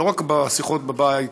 לא רק בשיחות בבית,